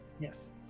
Yes